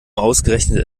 ausgerechnet